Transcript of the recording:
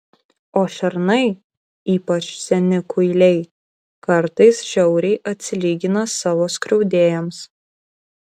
o šernai ypač seni kuiliai kartais žiauriai atsilygina savo skriaudėjams